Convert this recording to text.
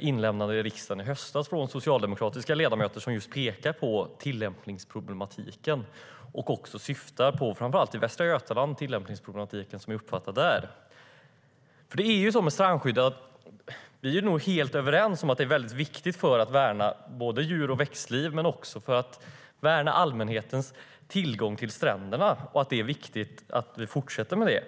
som lämnades in i riksdagen i höstas, från socialdemokratiska ledamöter som just pekar på tillämpningsproblematiken. Framför allt handlar det om tillämpningsproblematiken i Västra Götaland.Vi är nog helt överens om att strandskyddet är väldigt viktigt för att värna både djur och växtliv men också för att värna allmänhetens tillgång till stränderna. Det är viktigt att vi fortsätter med det.